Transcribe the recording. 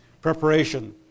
preparation